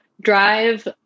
drive